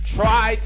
try